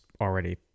already